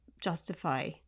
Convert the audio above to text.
justify